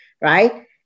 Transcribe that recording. Right